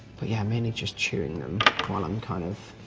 but yeah, mainly just chewing them when i'm kind of